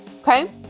Okay